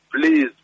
please